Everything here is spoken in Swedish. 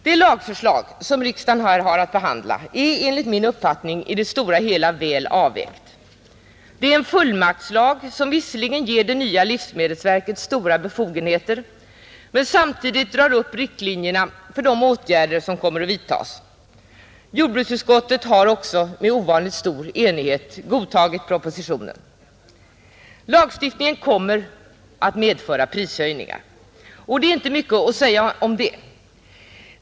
Det lagförslag som riksdagen här har att behandla är enligt min uppfattning i det stora hela väl avvägt. Det är en fullmaktslag som visserligen ger det nya livsmedelsverket stora befogenheter men samtidigt drar upp riktlinjerna för de åtgärder som kommer att vidtas. Jordbruksutskottet har också med ovanligt stor enighet godtagit propositionen. Lagstiftningen kommer att medföra prishöjningar, och det är inte mycket att säga om det.